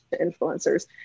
influencers